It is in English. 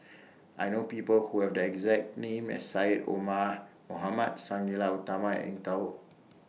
I know People Who Have The exact name as Syed Omar Mohamed Sang Nila Utama and Eng Tow